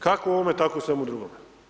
Kako u ovome, tako i u svemu drugome.